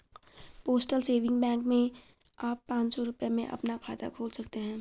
postal saving bank में आप पांच सौ रूपये में अपना खाता खोल सकते हैं